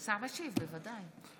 השר ישיב, בוודאי.